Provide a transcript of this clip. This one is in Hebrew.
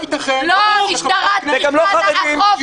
לא ייתכן שחברת כנסת --- וגם לא חברים,